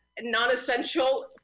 non-essential